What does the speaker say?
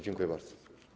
Dziękuję bardzo.